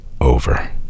over